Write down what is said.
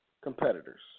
competitors